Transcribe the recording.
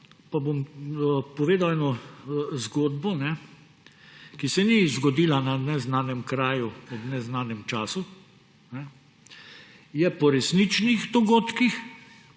Pa bom povedal eno zgodbo, ki se ni zgodila na neznanem kraju ob neznanem času; je po resničnih dogodkih.